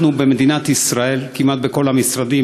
אנחנו במדינת ישראל כמעט בכל המשרדים,